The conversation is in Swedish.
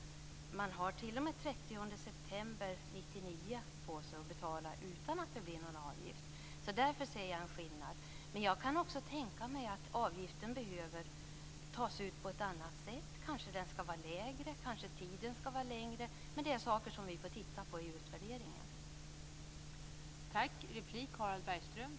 Man har tid på sig att betala fram till den 30 september 1999 utan att det blir någon avgift. Därför ser jag en skillnad. Jag kan också tänka mig att avgiften behöver tas ut på ett annat sätt. Den kanske skall vara lägre, och tiden kanske skall vara längre. Det är saker som vi får titta på i utvärderingen.